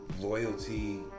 Loyalty